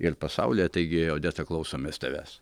ir pasaulyje taigi odeta klausomės tavęs